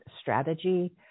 strategy